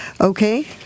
okay